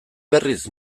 berriz